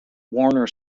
warner